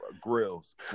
grills